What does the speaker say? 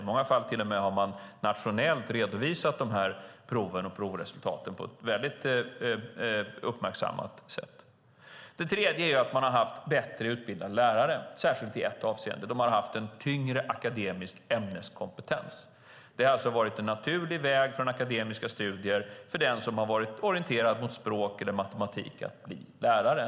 I många fall har man till och med nationellt redovisat proven och provresultaten på ett väldigt uppmärksammat sätt. Det tredje är att man har haft bättre utbildade lärare särskilt i ett avseende. De har haft en tyngre akademisk ämneskompetens. Det har alltså varit en naturlig väg från akademiska studier för den som varit orienterad mot språk eller matematik att blir lärare.